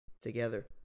together